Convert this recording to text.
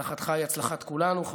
הצלחתך היא הצלחת כולנו.